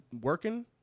working –